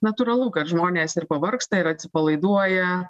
natūralu kad žmonės ir pavargsta ir atsipalaiduoja